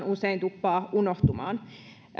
usein tuppaa unohtumaan